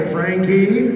Frankie